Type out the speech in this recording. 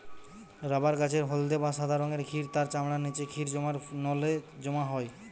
rubber গাছের হলদে বা সাদা রঙের ক্ষীর তার চামড়ার নিচে ক্ষীর জমার নলে জমা হয়